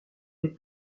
les